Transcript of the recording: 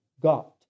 got